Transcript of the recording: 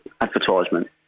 advertisement